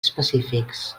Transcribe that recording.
específics